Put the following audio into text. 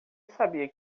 sabia